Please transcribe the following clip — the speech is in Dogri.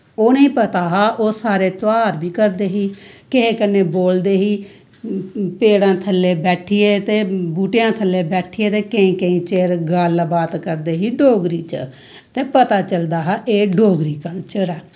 उनें पता हा ओह् सारे ध्यार बी करदे हे के कन्नै बोलदे ही पेड़ें थल्लै बैट्ठियै ते बूह्टेंआं थल्लै बैट्ठियै ते केंईं केंईं घैंटे बैट्ठियै ते गल्ल बात करदे ही डोगरी च ते पता चलदा हा एह् डोगरी कल्चर ऐ